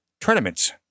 Tournaments